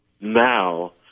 now